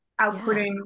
outputting